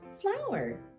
flower